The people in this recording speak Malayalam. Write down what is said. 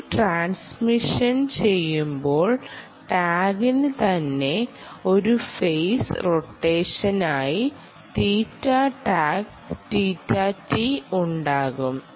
ഒരു ട്രാൻസ്മിഷൻ ചെയ്യുമ്പോൾ ടാഗിന് തന്നെ ഒരു ഫെയ്സ് റൊട്ടേഷനായി തീറ്റ ടാഗ് ഉണ്ടാകും